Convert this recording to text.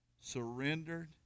surrendered